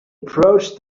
approached